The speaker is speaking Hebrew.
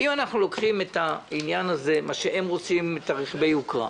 ניקח את רכבי היוקרה,